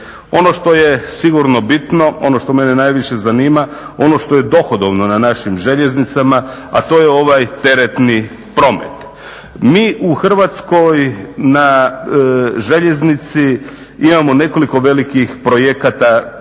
Ono što je sigurno bitno, ono što mene najviše zanima, ono što je dohodovno na našim željeznicama a to je ovaj teretni promet. Mi u Hrvatskoj na željeznici imamo nekoliko velikih projekata koji